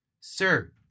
Sir